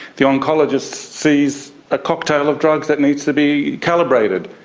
the oncologist sees a cocktail of drugs that needs to be calibrated.